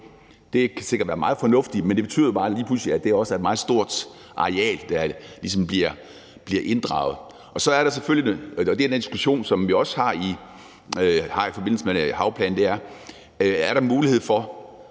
Det kan sikkert være meget fornuftigt, men det betyder jo bare, at der lige pludselig også er et meget stort areal, der ligesom bliver inddraget. Så er der selvfølgelig – og det er den diskussion, som vi også har i forbindelse med havplanen – spørgsmålet, om der er mulighed for